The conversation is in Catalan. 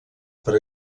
per